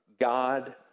God